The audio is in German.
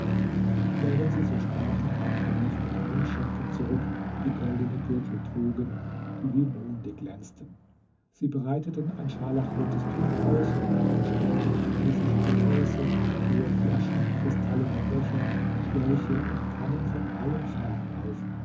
während sie so sprachen kam chalif mit mundschenken zurück die goldene gürtel trugen die wie monde glänzten sie breiteten ein scharlachrotes tuch aus und stellten chinesische gefäße hohe flaschen kristallene becher schläuche und kannen von allen farben auf